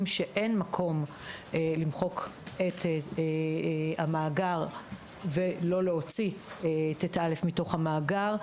שאין מקום למחוק את המאגר ולא להוציא את טביעות אצבע מתוך המאגר,